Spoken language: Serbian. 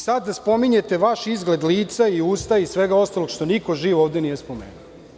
Sada spominjete vaš izgled lica i usta i svega ostalog što niko živ ovde nije spomenuo.